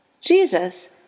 Jesus